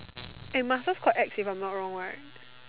eh must well quite ex if I'm not wrong right